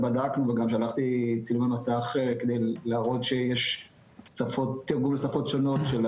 בדקנו וגם שלחתי צילומי מסך כדי להראות שיש תרגום לשפות שונות של